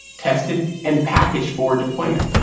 tested, and packaged for deployment.